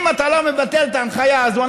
אם אתה לא מבטל את ההנחיה הזאת,